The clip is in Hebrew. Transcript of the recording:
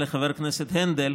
לחבר הכנסת הנדל.